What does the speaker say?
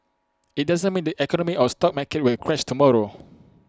IT doesn't mean the economy or stock market will crash tomorrow